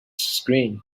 screen